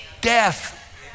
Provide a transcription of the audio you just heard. Death